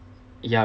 ya